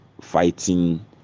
fighting